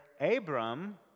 Abram